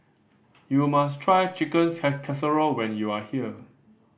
you must try Chicken Casserole when you are here